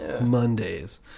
Mondays